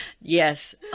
Yes